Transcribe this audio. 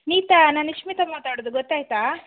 ನೀತಾ ನಾನು ನಿಶ್ಮಿತಾ ಮಾತಾಡುದು ಗೊತ್ತಾಯಿತಾ